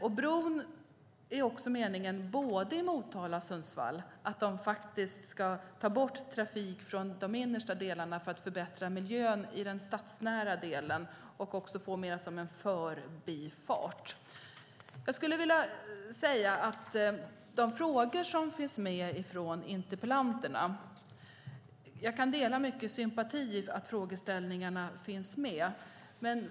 Det är meningen att broarna i både Motala och Sundsvall ska ta bort trafik från de innersta delarna för att förbättra miljön i den stadsnära delen och få mer av en förbifart. Jag kan med sympati dela frågeställningarna från interpellanterna.